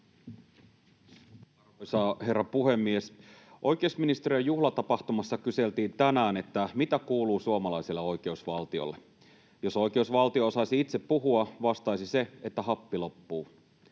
Arvoisa herra puhemies! Oikeusministeriön juhlatapahtumassa kyseltiin tänään, mitä kuuluu suomalaiselle oikeusvaltiolle. Jos oikeusvaltio osaisi itse puhua, vastaisi se, että happi loppuu.